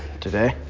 today